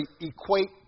equate